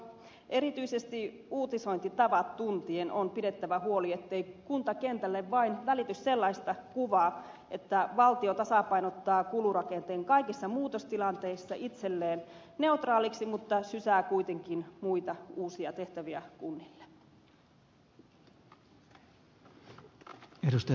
erityisesti uutisointitavat tuntien on pidettävä huoli ettei kuntakentälle vain välity sellaista kuvaa että valtio tasapainottaa kulurakenteen kaikissa muutostilanteissa itselleen neutraaliksi mutta sysää kuitenkin muita uusia tehtäviä kunnille